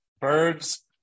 birds